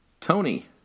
Tony